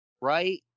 Right